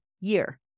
year